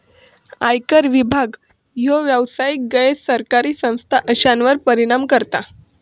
आयकर विभाग ह्यो व्यावसायिक, गैर सरकारी संस्था अश्यांवर परिणाम करता